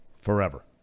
Forever